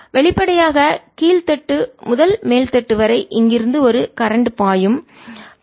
வெளிப்படையாக கீழ் தட்டு முதல் மேல் தட்டு வரை இங்கிருந்து ஒரு கரண்ட் மின்னோட்டம் பாயும்